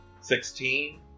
Sixteen